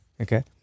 Okay